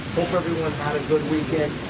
hope everyone had a good weekend.